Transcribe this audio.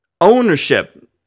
Ownership